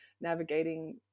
navigating